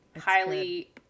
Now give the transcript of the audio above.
Highly